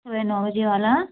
सुबह नौ वजे वाला